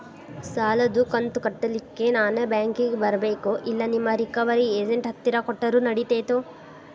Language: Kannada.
ಸಾಲದು ಕಂತ ಕಟ್ಟಲಿಕ್ಕೆ ನಾನ ಬ್ಯಾಂಕಿಗೆ ಬರಬೇಕೋ, ಇಲ್ಲ ನಿಮ್ಮ ರಿಕವರಿ ಏಜೆಂಟ್ ಹತ್ತಿರ ಕೊಟ್ಟರು ನಡಿತೆತೋ?